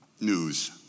news